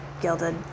gilded